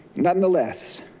nonetheless,